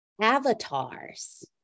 avatars